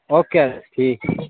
okay ٹھیک